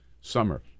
summer